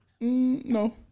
No